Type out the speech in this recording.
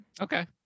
Okay